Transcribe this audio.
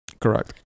correct